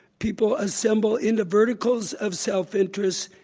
people assemble into verticals of self-interest.